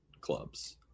clubs